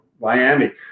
Miami